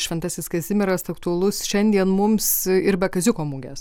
šventasis kazimieras aktualus šiandien mums ir be kaziuko mugės